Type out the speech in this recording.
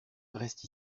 reste